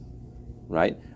Right